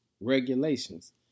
regulations